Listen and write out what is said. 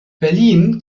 berlin